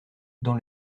dans